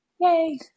yay